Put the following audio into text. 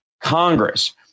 Congress